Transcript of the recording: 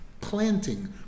planting